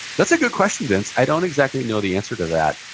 that's a good question, vince. i don't exactly know the answer to that.